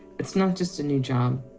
it's not just a new job,